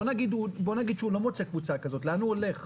בוא נגיד שהוא לא מוצא קבוצה כזאת, לאן הוא הולך,